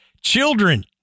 children